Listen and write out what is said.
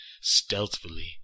stealthily